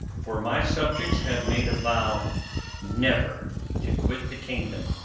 for my subjects have made a vow never to quit the kingdom,